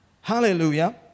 hallelujah